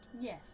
Yes